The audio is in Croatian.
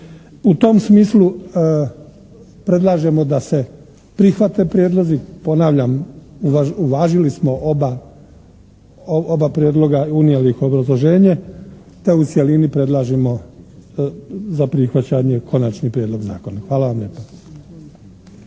U tom smislu predlažemo da se prihvate prijedlozi. Ponavljam uvažili smo oba prijedloga, unijeli ih u obrazloženje te u cjelini predlažemo za prihvaćanje Konačni prijedlog zakona. Hvala vam lijepa.